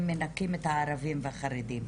הם מנכים את הערבים והחרדים.